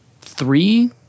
three